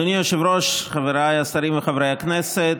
אדוני היושב-ראש, חבריי השרים וחברי הכנסת,